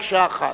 מקשה אחת.